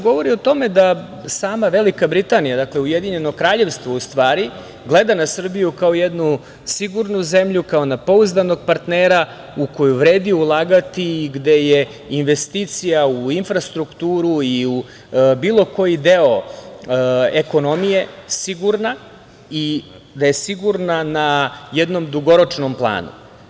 Govori o tome da sama Velika Britanija, dakle Ujedinjeno Kraljevstvo, gleda na Srbiju kao jednu sigurnu zemlju, kao na pouzdanog partnera u koju vredi ulagati i gde je investicija u infrastrukturu i u bilo koji deo ekonomije sigurna i da je sigurna na jednom dugoročnom planu.